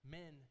men